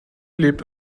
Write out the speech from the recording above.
lebt